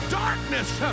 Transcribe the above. darkness